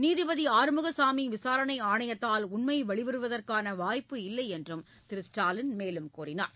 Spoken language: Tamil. நீதிபதி ஆறுமுகசாமி விசாரணை ஆணையத்தால் உண்மை வெளி வருவதற்கான வாய்ப்பு இல்லையென்றும் திரு ஸ்டாவின் தெரிவித்துள்ளார்